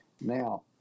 Now